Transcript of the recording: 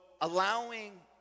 allowing